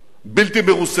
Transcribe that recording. בלתי מרוסנת,